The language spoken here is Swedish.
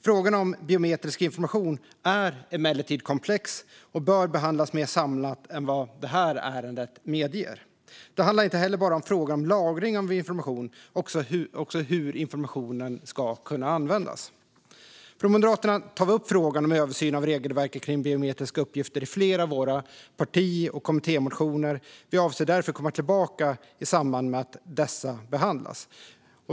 Frågan om biometrisk information är emellertid komplex och bör behandlas mer samlat än vad detta ärende medger. Det handlar inte heller bara om frågan om lagring av information utan också om hur informationen ska kunna användas. Från Moderaterna tar vi upp frågan om översyn av regelverket kring biometriska uppgifter i flera av våra parti och kommittémotioner. Vi avser därför att komma tillbaka i samband med att dessa behandlas.